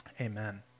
amen